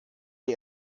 wir